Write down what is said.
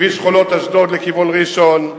כביש חולות אשדוד לכיוון ראשון,